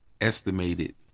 estimated